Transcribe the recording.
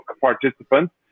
participants